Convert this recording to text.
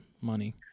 money